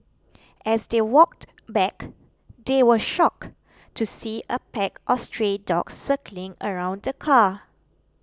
as they walked back they were shocked to see a pack of stray dogs circling around the car